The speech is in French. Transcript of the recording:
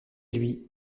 lui